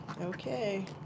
Okay